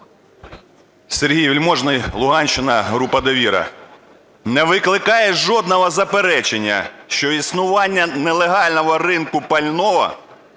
Сергій Вельможний, Луганщина, група "Довіра". Не викликає жодного заперечення, що існування нелегального ринку пального